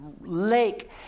lake